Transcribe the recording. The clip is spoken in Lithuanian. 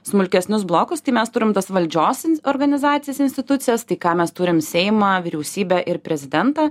smulkesnius blokus tai mes turim tas valdžios organizacijas institucijas tai ką mes turim seimą vyriausybę ir prezidentą